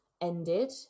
ended